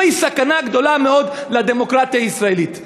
זוהי סכנה גדולה מאוד לדמוקרטיה הישראלית.